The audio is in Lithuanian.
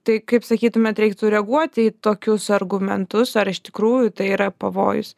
tai kaip sakytumėt reiktų reaguoti į tokius argumentus ar iš tikrųjų tai yra pavojus